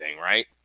right